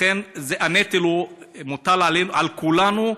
לכן, הנטל מוטל על כולנו,